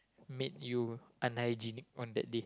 made you unhygienic on that day